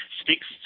speaks